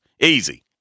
Easy